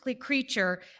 creature